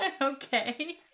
Okay